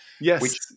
yes